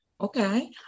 Okay